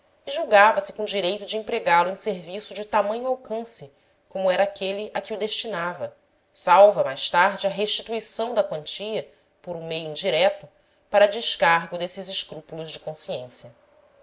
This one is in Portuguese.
julgava-se com direito de empregá lo em serviço de tamanho alcance como era aquele a que o destinava salva mais tarde a restituição da quantia por um meio indireto para descargo desses escrúpulos de consciência